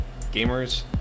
Gamers